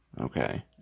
Okay